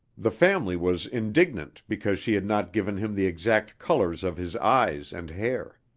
the family was indignant because she had not given him the exact colors of his eyes and hair.